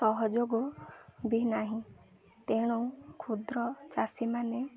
ସହଯୋଗ ବି ନାହିଁ ତେଣୁ କ୍ଷୁଦ୍ର ଚାଷୀମାନେ